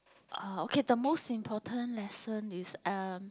oh okay the most important lesson is um